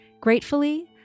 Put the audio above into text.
Gratefully